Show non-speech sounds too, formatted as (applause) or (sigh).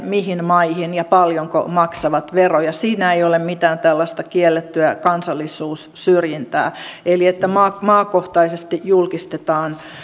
mihin maihin ja paljonko ne maksavat veroja siinä ei ole mitään tällaista kiellettyä kansallisuussyrjintää (unintelligible) että maakohtaisesti julkistetaan (unintelligible) (unintelligible) (unintelligible)